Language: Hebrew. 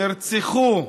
נרצחו,